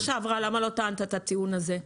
למה לא טענת את זה בשנה שעברה?